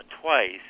twice